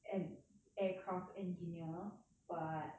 an aircraft engineer but